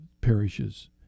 parishes